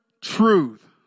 truth